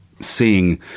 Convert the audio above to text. seeing